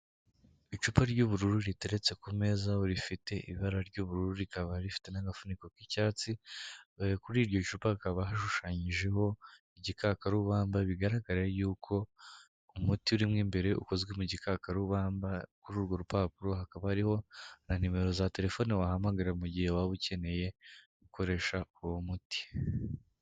Icupa ry'ubururu riteretse ku meza, aho rifite ibara ry'ubururu rikaba rifite n'agafuniko k'icyatsi, kuri iryo icupa hakaba hashushanyijeho igikakarubamba bigaraga yuko umuti urimo imbere ukozwe mu gikakarubamba, kuri urwo rupapuro hakaba hariho na nimero za telefone wahamagara mu gihe waba ukeneye gukoresha uwo muti.